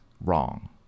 wrong